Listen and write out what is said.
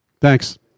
Thanks